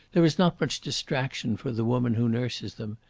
there is not much distraction for the woman who nurses them.